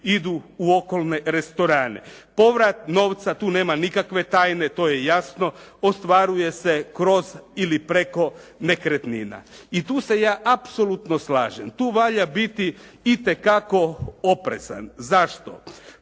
idu u okolne restorane. Povrat novca, tu nema nikakve tajne. To je jasno. Ostvaruje se kroz ili preko nekretnina. I tu se ja apsolutno slažem. Tu valja biti itekako oprezan. Zašto?